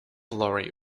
lori